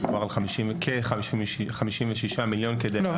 דובר על כ-56 מיליון כדי --- לא,